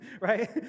right